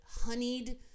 honeyed